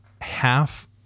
half